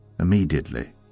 Immediately